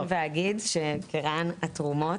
אני גם אציין ואגיד שכרע"ן התרומות,